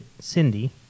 Cindy